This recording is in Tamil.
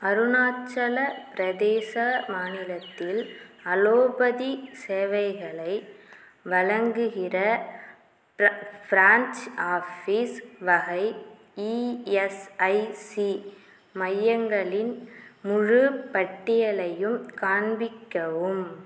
அருணாச்சல பிரதேசம் மாநிலத்தில் அலோபதி சேவைகளை வழங்குகிற ப்ர ஃபிரான்ச் ஆஃபீஸ் வகை இஎஸ்ஐஸி மையங்களின் முழுப் பட்டியலையும் காண்பிக்கவும்